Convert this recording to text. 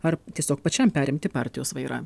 ar tiesiog pačiam perimti partijos vairą